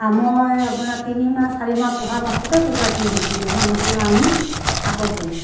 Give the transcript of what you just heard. আৰু মই আপোনাৰ তিনিমাহ চাৰিমাহ পোহাৰ পাছতেই কুকুৰাখিনি বিকি দিওঁ মই নতুন আনি আকৌ পুহোঁ